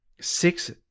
Six